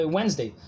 Wednesday